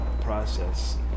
process